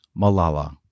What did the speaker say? Malala